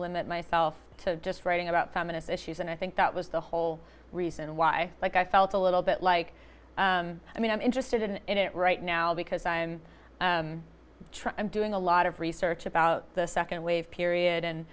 limit myself to just writing about feminist issues and i think that was the whole reason why like i felt a little bit like i mean i'm interested in it right now because i'm trying i'm doing a lot of research about the second wave period and